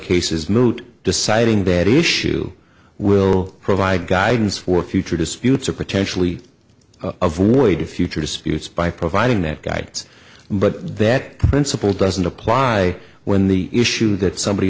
case is moot deciding dead issue will provide guidance for future disputes or potentially avoid future disputes by providing that guides but that principle doesn't apply when the issue that somebody